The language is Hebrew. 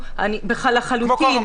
לחלוטין.